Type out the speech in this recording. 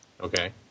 Okay